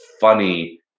funny